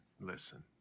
listen